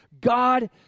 God